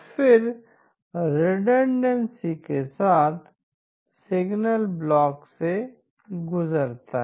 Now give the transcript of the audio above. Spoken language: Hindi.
फिर रिडंडेंसी के साथ सिग्नल चैनल से गुजरता है